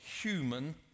human